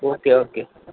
okay okay